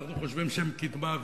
שאנחנו חושבים שהם קידמה,